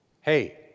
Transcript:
Hey